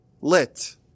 lit